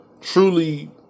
truly